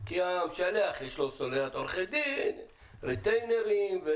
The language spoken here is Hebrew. כי המשלח, יש לו סוללת עורכי דין, ריטיינרים.